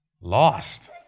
Lost